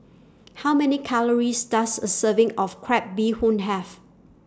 How Many Calories Does A Serving of Crab Bee Hoon Have